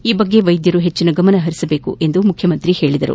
ಈ ಬಗ್ಗೆ ವೈದ್ಯರು ಹೆಚ್ಚಿನ ಗಮನ ಹರಿಸಬೇಕೆಂದು ಹೇಳಿದರು